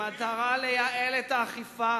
במטרה לייעל את האכיפה